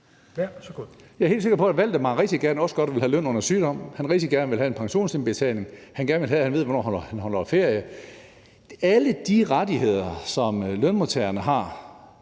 Jeg er helt sikker på, at Valdemar også rigtig gerne vil have løn under sygdom, at han rigtig gerne vil have en pensionsindbetaling, at han gerne vil have, at han ved, hvornår han holder ferie. Alle de rettigheder, som lønmodtagerne har,